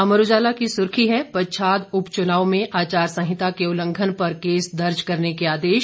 अमर उजाला की सुर्खी है पच्छाद उपच्नाव में आचार संहिता के उल्लघंन पर केस दर्ज करने के आदेश